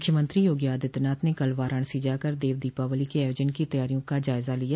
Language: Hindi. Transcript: मुख्यमंत्री योगी आदित्यनाथ ने कल वाराणसी जाकर देव दीपावली के आयोजन की तैयारियों का जायजा लिया